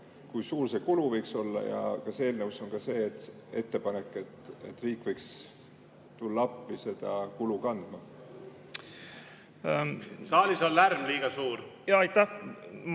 kui suur see kulu võiks olla? Kas eelnõus on ka ettepanek, et riik võiks tulla appi seda kulu kandma? Saalis on lärm liiga suur! Saalis